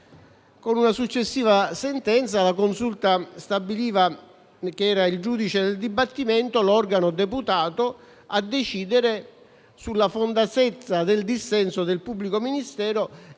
Con una successiva sentenza la Consulta ha stabilito che era il giudice del dibattimento l'organo deputato a decidere sulla fondatezza del dissenso del pubblico ministero